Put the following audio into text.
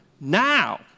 Now